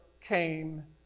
came